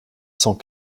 cent